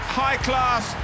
high-class